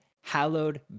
hallowed